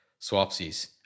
swapsies